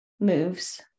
moves